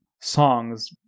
songs